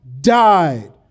died